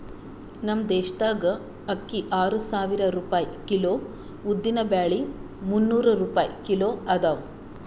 ನಮ್ ದೇಶದಾಗ್ ಅಕ್ಕಿ ಆರು ಸಾವಿರ ರೂಪಾಯಿ ಕಿಲೋ, ಉದ್ದಿನ ಬ್ಯಾಳಿ ಮುನ್ನೂರ್ ರೂಪಾಯಿ ಕಿಲೋ ಅದಾ